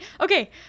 okay